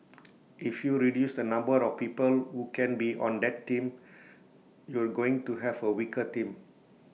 if you reduce the number of people who can be on that team you're going to have A weaker team